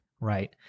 right